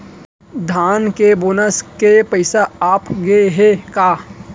धान के बोनस के पइसा आप गे हे का?